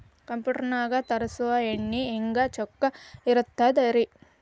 Computer ನಾಗ ತರುಸುವ ಎಣ್ಣಿ ಹೆಂಗ್ ಚೊಕ್ಕ ಇರತ್ತ ರಿ?